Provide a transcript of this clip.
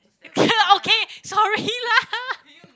okay okay sorry lah